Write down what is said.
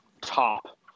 top